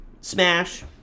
Smash